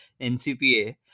NCPA